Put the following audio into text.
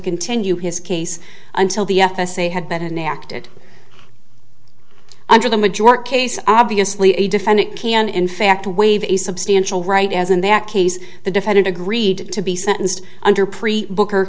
continue his case until the f s a had been acted under the majority case obviously a defendant can in fact wave a substantial right as in that case the defendant agreed to be sentenced under pre booker